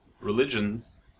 religions